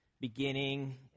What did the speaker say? beginning